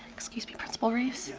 excuse me, principal reeves.